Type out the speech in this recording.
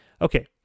Okay